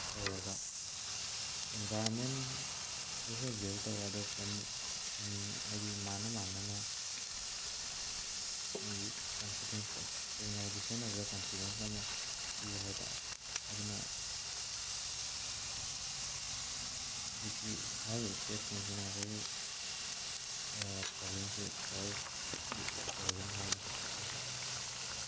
ꯇꯧꯔꯒ ꯏꯟꯚꯥꯏꯔꯣꯟꯃꯦꯟꯗꯁꯨ ꯕꯤꯜ ꯇꯧꯕ ꯑꯗꯣ ꯐꯦꯃꯤꯂꯤ ꯍꯥꯏꯗꯤ ꯃꯥꯅ ꯃꯥꯅꯅ ꯃꯣꯏꯒꯤ ꯀꯟꯐꯤꯗꯦꯟꯁꯇꯣ ꯇꯦꯛꯅꯣꯂꯣꯖꯤ ꯁꯤꯖꯤꯟꯅꯕꯗ ꯀꯟꯐꯤꯗꯦꯟꯁ ꯑꯃ ꯄꯤꯕ ꯍꯥꯏ ꯇꯥꯔꯦ ꯑꯗꯨꯅ ꯍꯧꯖꯤꯛꯀꯤꯁꯤ ꯍꯥꯏꯔꯤꯕ ꯏꯁꯇꯦꯞꯁꯤꯡꯁꯤꯅ ꯉꯁꯥꯏꯒꯤ ꯄ꯭ꯔꯣꯕ꯭ꯂꯦꯝꯁꯤ ꯁꯣꯜꯞꯇꯤ ꯑꯣꯏꯒꯅꯤ ꯍꯥꯏꯅ ꯊꯥꯖꯩ